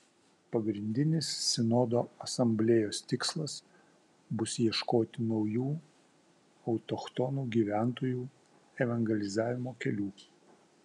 pagrindinis sinodo asamblėjos tikslas bus ieškoti naujų autochtonų gyventojų evangelizavimo kelių